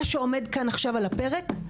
מה שעומד כאן עכשיו על הפרק,